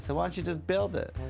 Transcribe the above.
so don't you just build it?